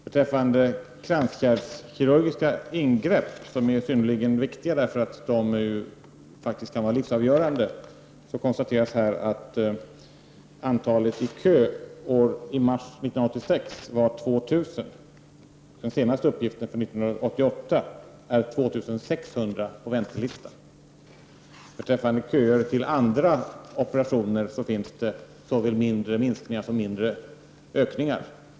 Beträffande kranskärlskirurgiska ingrepp, som är synnerligen viktiga, eftersom de kan vara livsavgörande, konstateras att antalet patienter i kö i mars 1986 var 2 000. Den senaste uppgiften från år 1988 är att det finns 2 600 på väntelista. Beträffande köer till andra operationer finns det såväl mindre minskningar som mindre ökningar.